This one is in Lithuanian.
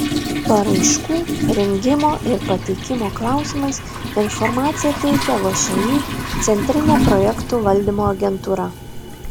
paraiškų rengimo ir pateikimo klausimais informaciją teikia všį centrinė projektų valdymo agentūra